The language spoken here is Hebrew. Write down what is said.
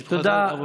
תברך.